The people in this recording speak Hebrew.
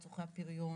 את צרכי הפריון,